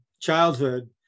childhood